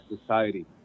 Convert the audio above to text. society